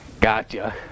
Gotcha